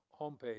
homepage